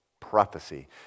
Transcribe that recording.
prophecy